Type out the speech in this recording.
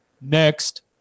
next